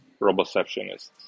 roboceptionists